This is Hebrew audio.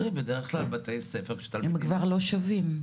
תראי, בדרך כלל בתי הספר --- הם כבר לא שווים.